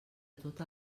tot